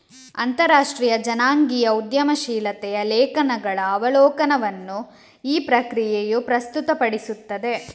ಅಂತರರಾಷ್ಟ್ರೀಯ ಜನಾಂಗೀಯ ಉದ್ಯಮಶೀಲತೆಯ ಲೇಖನಗಳ ಅವಲೋಕನವನ್ನು ಈ ಪತ್ರಿಕೆಯು ಪ್ರಸ್ತುತಪಡಿಸುತ್ತದೆ